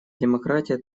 демократия